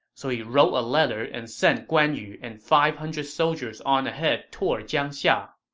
so he wrote a letter and sent guan yu and five hundred soldiers on ahead toward jiangxia.